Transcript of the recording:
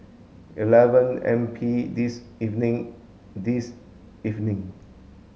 eleven M P this evening this evening